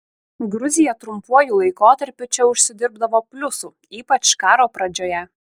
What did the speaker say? gruzija trumpuoju laikotarpiu čia užsidirbdavo pliusų ypač karo pradžioje